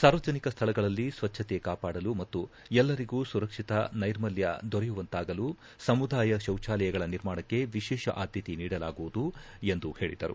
ಸಾರ್ವಜನಿಕ ಸ್ವಳಗಳಲ್ಲಿ ಸ್ವಚ್ಛತೆ ಕಾಪಾಡಲು ಮತ್ತು ಎಲ್ಲರಿಗೂ ಸುರಕ್ಷಿತ ನೈರ್ಮಲ್ಡ ದೊರೆಯುವಂತಾಗಲು ಸಮುದಾಯ ಶೌಚಾಲಯಗಳ ನಿರ್ಮಾಣಕ್ಕೆ ವಿಶೇಷ ಆದ್ದತೆ ನೀಡಲಾಗುವುದು ಎಂದು ಹೇಳಿದರು